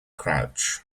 crouch